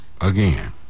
again